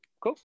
cool